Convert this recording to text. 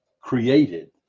created